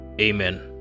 Amen